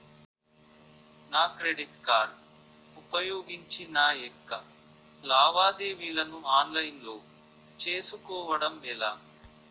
నా credit card ఉపయోగించి నా యెక్క లావాదేవీలను ఆన్లైన్ లో చేసుకోవడం ఎలా?